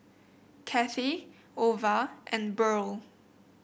Cathey Ova and Burl